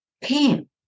pain